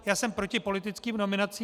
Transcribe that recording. Já jsem proti politickým nominacím.